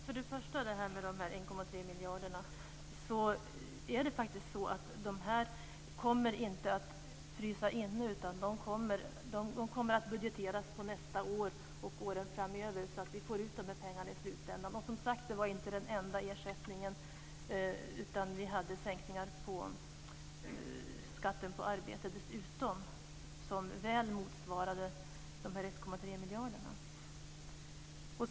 Fru talman! De 1,3 miljarderna kommer inte att frysa inne, utan de kommer att budgeteras på nästa år och åren framöver. Vi får alltså ut pengarna i slutändan. Det var inte den enda ersättningen, som sagt var, utan vi hade dessutom sänkningar på skatten på arbete som väl motsvarar de 1,3 miljarderna.